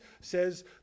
says